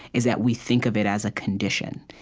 is that we think of it as a condition.